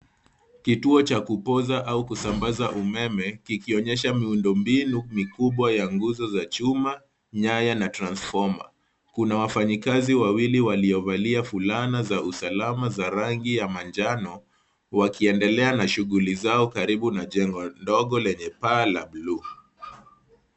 Kituo cha kupoza au kusambaza umeme kikionyesha miundombinu mikubwa ya nguzo za chuma, nyaya na transfoma. Kuna wafanyikazi wawili waliovalia fulana za usalama za rangi ya manjano wakiendelea na shughuli zao karibu na jengo ndogo lenye paa la buluu.